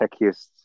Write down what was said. techiest